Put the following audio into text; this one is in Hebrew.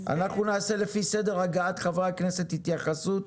אנחנו נעשה לפי סדר הגעת חברי הכנסת התייחסות,